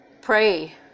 pray